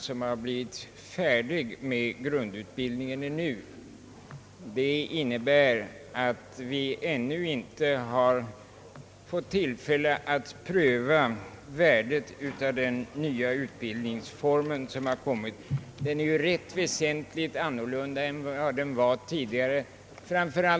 kommit så långt att några elever färdigutbildats. Det innebär att vi inte har fått tillfälle att pröva värdet av denna nya utbildningsform, som är väsentligt annorlunda än den tidigare utbildningsformen.